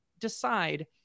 decide